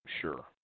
Sure